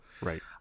right